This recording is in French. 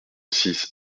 six